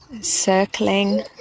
Circling